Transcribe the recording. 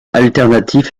alternatif